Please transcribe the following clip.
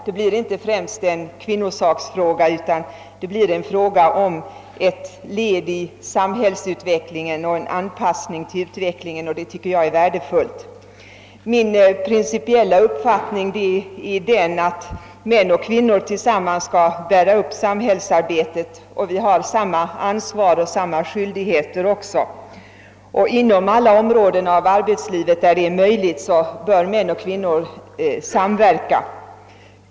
Den blir inte främst en kvinnosaksfråga, utan det blir en fråga om ett led i samhällsutvecklingen och en anpassning till denna. Detta tycker jag är värdefullt. Min principiella uppfattning är att män och kvinnor tillsammans bär upp samhällsarbetet och att vi har samma ansvar och samma skyldigheter. Inom alla områden av arbetslivet där så är möjligt bör män och kvinnor samverka.